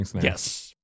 Yes